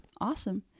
Awesome